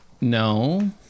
No